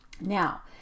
Now